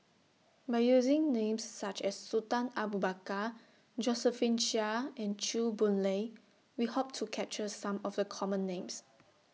By using Names such as Sultan Abu Bakar Josephine Chia and Chew Boon Lay We Hope to capture Some of The Common Names